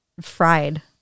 Fried